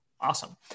Awesome